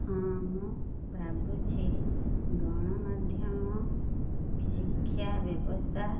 ହଁ ମୁଁ ଭାବୁଛି ଗଣମାଧ୍ୟମ ଶିକ୍ଷାବ୍ୟବସ୍ଥା